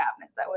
cabinets